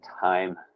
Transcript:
time